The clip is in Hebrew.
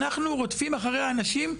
אנחנו רודפים אחרי אנשים?